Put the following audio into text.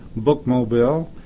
bookmobile